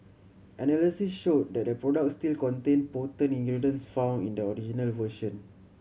analysis showed that the products still contained potent ingredients found in the version